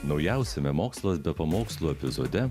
naujausiame mokslas be pamokslų epizode